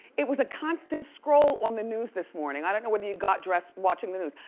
it was a constant scroll on the news this morning. i don't know whether you've got dressed watching the news.